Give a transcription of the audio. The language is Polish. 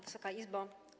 Wysoka Izbo!